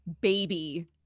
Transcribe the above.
baby